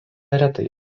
retai